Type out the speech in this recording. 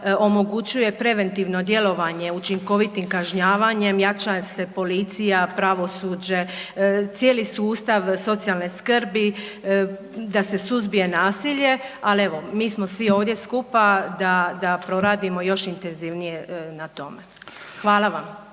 omogućuje preventivno djelovanje učinkovitim kažnjavanjem, jača se policija, pravosuđe cijeli sustav socijalna skrbi da se suzbije nasilje, ali evo mi smo svi ovdje skupa da proradimo još intenzivnije na tome. Hvala vam.